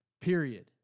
Period